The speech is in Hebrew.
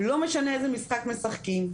לא משנה איזה משחק משחקים,